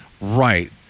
Right